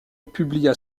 publia